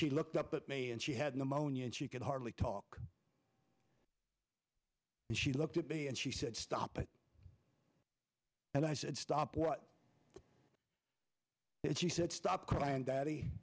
she looked up at me and she had pneumonia and she could hardly talk and she looked at me and she said stop it and i said stop what if you said stop crying daddy